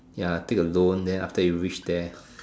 ya take a loan then after you reach there